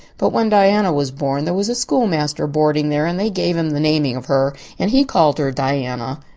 but when diana was born there was a schoolmaster boarding there and they gave him the naming of her and he called her diana.